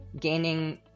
gaining